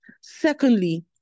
Secondly